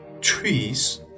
trees